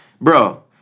bro